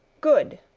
good,